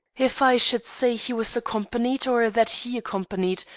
if i should say he was accompanied, or that he accompanied,